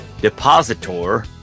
Depositor